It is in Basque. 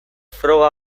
froga